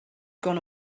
gone